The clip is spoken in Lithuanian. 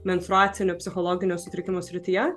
menstruacinių psichologinių sutrikimų srityje